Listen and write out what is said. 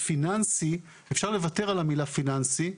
פיננסי" אפשר לוותר על המילה "פיננסי",